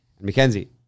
mackenzie